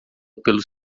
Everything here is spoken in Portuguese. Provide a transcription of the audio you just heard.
pelos